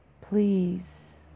please